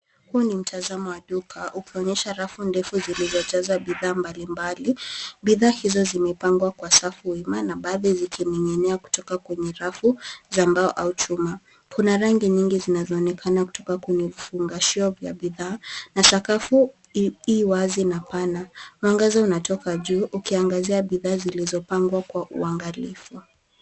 Huu ni mtazamo wa duka ukionyesha rafu ndefu zilizojazwa bidhaa mbalimbali. Bidhaa hizo zimepangwa kwa safu wima na baadhi zikining'inia kutoka kwenye rafu za mbao au chuma. Kuna rangi nyingi zinazoonekana kutoka kwenye vifungashio vya bidhaa na sakafu i wazi na pana. Mwangaza unatoka juu ukiangazia bidhaa zilizopangwa kwa uangalifu.